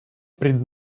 пред